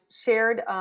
shared